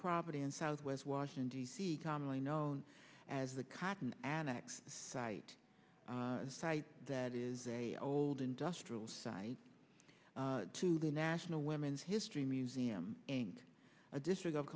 property in southwest washington d c commonly known as the cotton annex site site that is a old industrial site to the national women's history museum and a district of